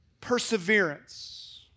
perseverance